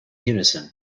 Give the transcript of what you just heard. unison